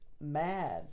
mad